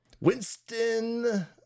Winston